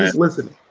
listen,